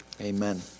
Amen